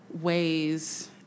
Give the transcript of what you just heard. ways